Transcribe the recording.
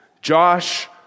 Josh